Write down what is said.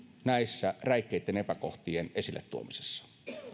näitten räikeitten epäkohtien esille tuomisessa